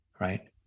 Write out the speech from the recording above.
right